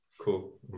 Cool